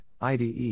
IDE